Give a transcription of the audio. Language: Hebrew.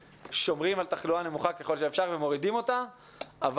שומרים על תחלואה נמוכה ככל האפשר ומורידים אותה אבל